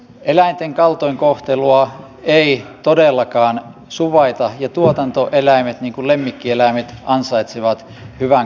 eläinten kaltoinkohtelua ei todellakaan suvaita ja tuotantoeläimet niin kuin lemmikkieläimetkin ansaitsevat hyvän kohtelun